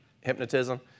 hypnotism